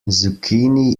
zucchini